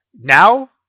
Now